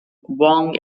wong